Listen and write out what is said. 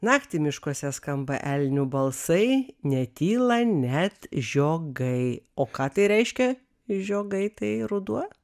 naktį miškuose skamba elnių balsai netyla net žiogai o ką tai reiškia žiogai tai ruduo